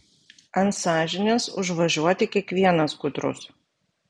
ant sąžinės užvažiuoti kiekvienas gudrus